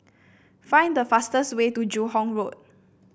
find the fastest way to Joo Hong Road